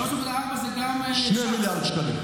זה שנים, מ-1982.